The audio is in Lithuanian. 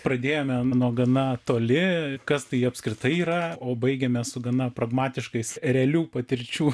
pradėjome nuo gana toli kas tai apskritai yra o baigiame su gana pragmatiškais realių patirčių